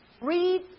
Read